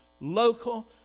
local